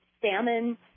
salmon